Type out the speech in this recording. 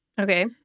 okay